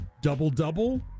Double-double